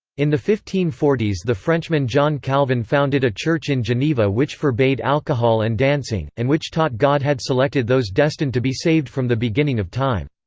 in the fifteen forty s the frenchman john calvin founded a church in geneva which forbade alcohol and dancing, and which taught god had selected those destined to be saved from the beginning of time.